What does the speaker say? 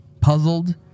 Puzzled